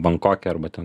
bankoke arba ten